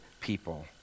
people